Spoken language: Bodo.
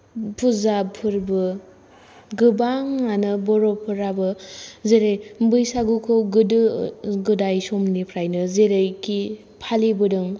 फुजा फोरबो गोबाङानो बर'फोराबो जेरै बैसागुखौ गोदो गोदाय समनिफ्रायनो जेरैखि फालिबोदों